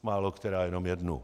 Málokterá jenom jednu.